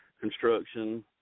construction